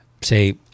say